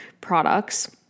products